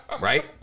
Right